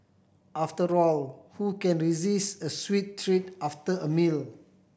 after all who can resist a sweet treat after a meal